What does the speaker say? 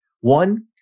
One